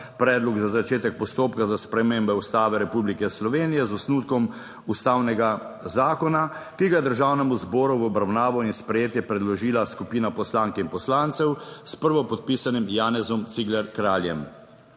predlog za začetek postopka za spremembo Ustave Republike Slovenije z osnutkom ustavnega zakona, ki ga je Državnemu zboru v obravnavo in sprejetje predložila skupina poslank in poslancev s prvopodpisanim Janezom Cigler Kraljem.